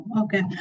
okay